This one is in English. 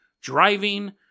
Driving